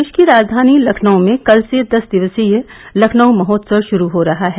प्रदेश की राजधानी लखनऊ में कल से दस दिवसीय लखनऊ महोत्सव शुरू हो रहा है